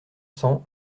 cents